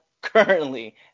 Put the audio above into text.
currently